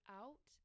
out